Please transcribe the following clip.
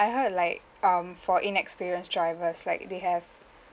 I heard like um for inexperienced drivers like they have